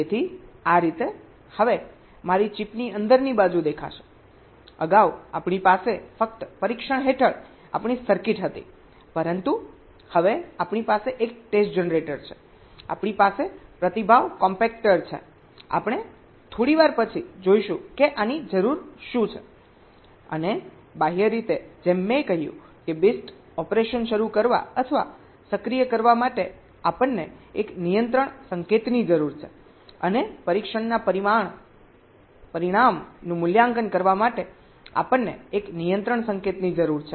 તેથી આ રીતે હવે મારી ચિપની અંદરની બાજુ દેખાશે અગાઉ આપણી પાસે ફક્ત પરીક્ષણ હેઠળ આપણી સર્કિટ હતી પરંતુ હવે આપણી પાસે એક ટેસ્ટ જનરેટર છે આપણી પાસે પ્રતિભાવ કોમ્પેક્ટર છે આપણે થોડી વાર પછી જોઈશું કે આની જરૂર શું છે અને બાહ્ય રીતે જેમ મેં કહ્યું કે BIST ઓપરેશન શરૂ કરવા અથવા સક્રિય કરવા માટે અમને એક નિયંત્રણ સંકેતની જરૂર છે અને પરીક્ષણના પરિણામનું મૂલ્યાંકન કરવા માટે આપણને એક નિયંત્રણ સંકેતની જરૂર છે